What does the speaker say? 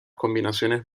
combinaciones